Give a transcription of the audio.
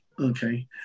Okay